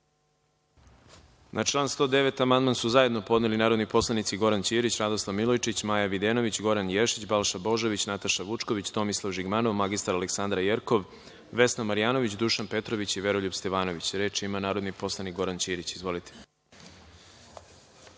Na član 109. amandman su zajedno podneli narodni poslanici Goran Ćirić, Radoslav Milojičić, Maja Videnović, Goran Ješić, Balša Božović, Nataša Vučković, Tomislav Žigmanov, mr Aleksandra Jerkov, Vesna Marjanović, Dušan Petrović i Veroljub Stevanović. Reč ima narodni poslanik Goran Ćirić. Izvolite.